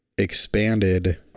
expanded